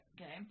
okay